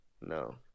No